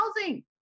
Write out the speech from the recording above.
housing